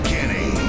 Kenny